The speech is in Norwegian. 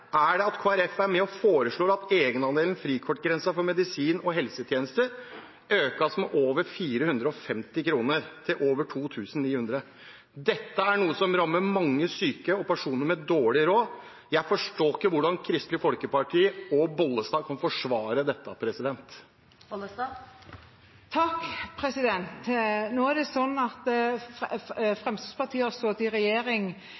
det at Kristelig Folkeparti er med og foreslår at egenandelen/frikortgrensen for medisiner og helsetjenester økes med over 450 kr, til over 2 900 kr. Dette er noe som rammer mange syke og personer med dårlig råd. Jeg forstår ikke hvordan Kristelig Folkeparti og representanten Bollestad kan forsvare dette. Nå er det sånn at Fremskrittspartiet har sittet i regjering